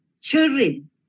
children